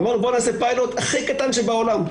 אמרנו, בואו נעשה פיילוט הכי קטן שבעולם.